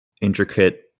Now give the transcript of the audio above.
intricate